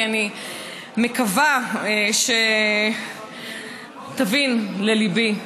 כי אני מקווה שתבין לליבי,